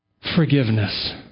Forgiveness